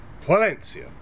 Valencia